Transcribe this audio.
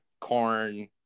corn